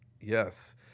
yes